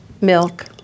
milk